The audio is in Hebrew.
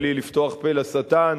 בלי לפתוח פה לשטן,